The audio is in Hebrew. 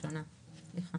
של אילה